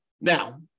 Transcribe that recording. Now